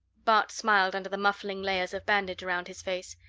bart smiled under the muffling layers of bandage around his face.